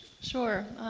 sure.